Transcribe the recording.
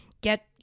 get